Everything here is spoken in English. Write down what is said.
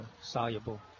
soluble